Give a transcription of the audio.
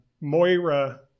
Moira